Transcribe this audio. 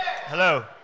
Hello